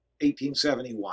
1871